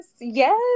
Yes